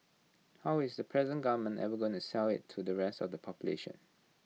how is the present government ever gonna sell IT to the rest of the population